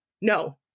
No